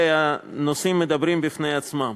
הנושאים מדברים בפני עצמם,